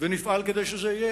ונפעל כדי שזה יהיה.